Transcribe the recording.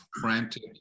frantic